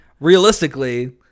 Realistically